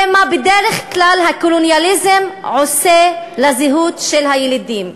זה מה שבדרך כלל הקולוניאליזם עושה לזהות של הילידים.